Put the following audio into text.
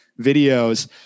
videos